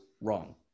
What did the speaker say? wrong